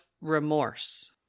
Remorse